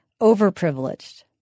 overprivileged